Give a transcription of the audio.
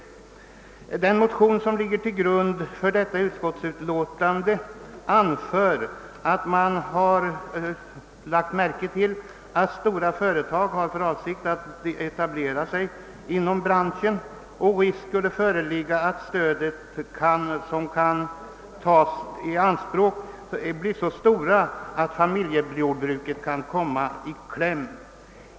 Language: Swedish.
I det motionspar som ligger till grund för detta utskottsutlåtande anföres att man har lagt märke till att stora företag har för avsikt att etablera sig inom branschen, varför risk skulle föreligga att de belopp som kan tas i anspråk för stöd blir så stora att familjejordbruket kan komma i kläm.